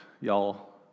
y'all